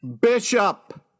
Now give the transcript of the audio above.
Bishop